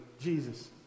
Jesus